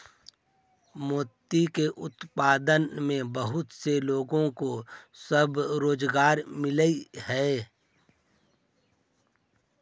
मोती के उत्पादन में बहुत से लोगों को स्वरोजगार मिलअ हई